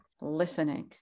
listening